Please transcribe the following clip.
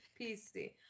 PC